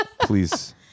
please